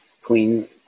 clean